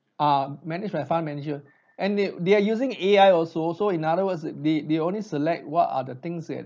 uh manage by fund manager and they they are using A_I also so in other words they they only select what are the things that